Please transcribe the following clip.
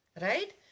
Right